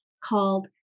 called